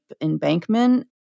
embankment